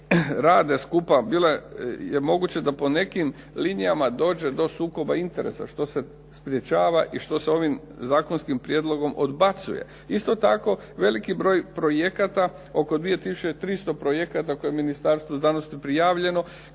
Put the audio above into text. rade skupa, bilo je moguće da po nekim linijama dođe do sukoba interesa, što se sprečava i što se ovim zakonskim prijedlogom odbacuje. Isto tako veliki broj projekata oko 2 tisuće 300 projekata koje je Ministarstvu znanosti prijavljeno,